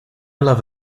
love